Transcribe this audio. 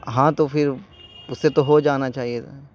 ہاں تو پھر اس سے تو ہو جانا چاہیے تھا